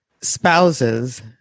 spouses